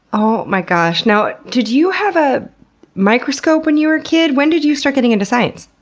oh my gosh. now, did you have a microscope when you were a kid? when did you start getting into science?